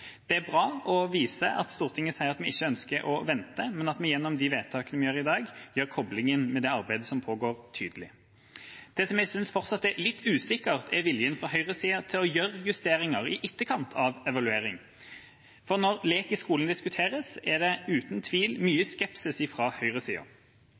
Det er bra og viser at Stortinget sier at vi ikke ønsker å vente, men at vi gjennom de vedtakene vi gjør i dag, gjør koblingen til det arbeidet som pågår, tydelig. Det jeg synes fortsatt er litt usikkert, er viljen fra høyresida til å gjøre justeringer i etterkant av evalueringen, for når lek i skolen diskuteres, er det uten tvil mye